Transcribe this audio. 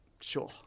sure